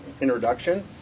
introduction